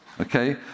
okay